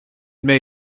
may